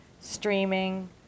streaming